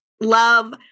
love